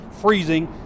freezing